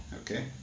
okay